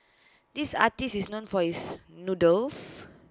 this artist is known for his noodles